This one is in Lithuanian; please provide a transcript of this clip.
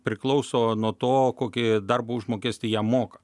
priklauso nuo to kokį darbo užmokestį jam moka